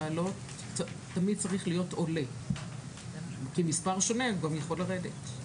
תמיד צריך להיות עולה כי מספר שונה גם יכול לרדת.